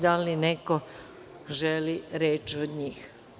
Da li neko želi reč od njih?